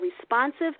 responsive